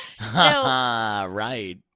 Right